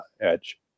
edge